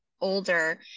older